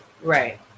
right